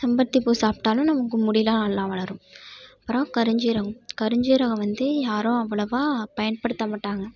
செம்பருத்திப்பூ சாப்பிட்டாலும் நமக்கு முடிலாம் நல்லா வளரும் அப்புறம் கருஞ்சீரகம் கருஞ்சீரகம் வந்து யாரும் அவ்வளோவா பயன்படுத்தமாட்டாங்கள்